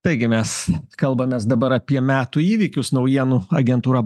taigi mes kalbamės dabar apie metų įvykius naujienų agentūra